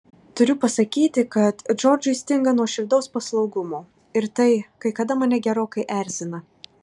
turiu pasakyti kad džordžui stinga nuoširdaus paslaugumo ir tai kai kada mane gerokai erzina